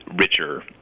richer